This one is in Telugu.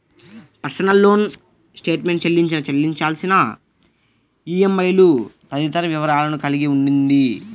పర్సనల్ లోన్ స్టేట్మెంట్ చెల్లించిన, చెల్లించాల్సిన ఈఎంఐలు తదితర వివరాలను కలిగి ఉండిద్ది